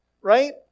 right